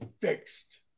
fixed